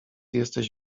jesteś